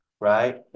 right